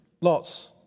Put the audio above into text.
Lot's